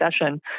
session